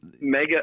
mega